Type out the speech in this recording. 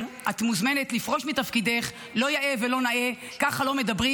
והעיקרון היה שכל הנשים ללא הבדל השקפה חוברות יחדיו למען קידום